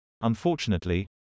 Unfortunately